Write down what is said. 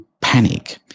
panic